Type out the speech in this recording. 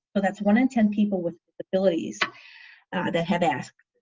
but that's one in ten people with abilities that have asked.